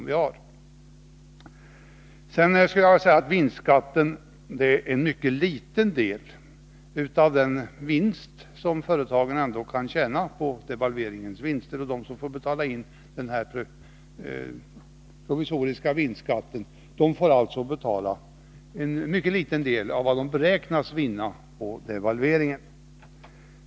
Vidare kan jag säga att vinstskatten är en mycket liten del av den vinst som företagen ändå kan göra på devalveringen. De som får betala in den här provisoriska vinstskatten får alltså betala en mycket liten del av vad de beräknas vinna på devalveringen.